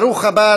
ברוך הבא,